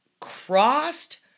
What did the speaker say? crossed